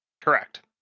correct